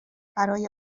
برای